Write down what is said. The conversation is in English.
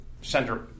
center